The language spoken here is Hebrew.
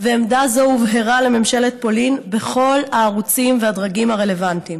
ועמדה זו הובהרה לממשלת פולין בכל הערוצים והדרגים הרלוונטיים.